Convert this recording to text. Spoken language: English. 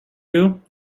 you